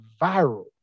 viral